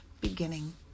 beginning